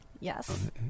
Yes